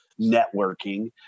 networking